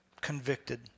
convicted